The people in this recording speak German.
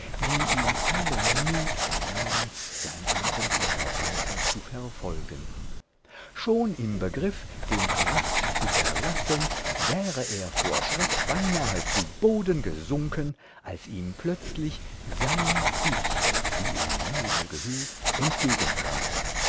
die ihm allen mut benahm sein abenteuer weiter zu verfolgen schon im begriff den palast zu verlassen wäre er vor schreck beinahe zu boden gesunken als ihm plötzlich sein ich wie in nebel gehüllt